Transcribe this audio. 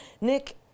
Nick